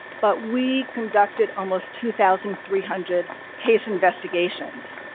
but we conducted almost two thousand three hundred case investigations.